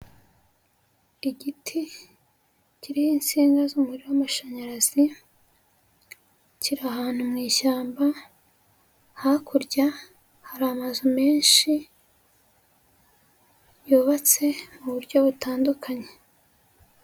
Igiti kiriho insinga z'umuriro w'amashanyarazi kiri ahantu mu ishyamba, hakurya hari amazu menshi yubatse mu buryo butandukanye.